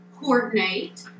coordinate